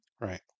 Right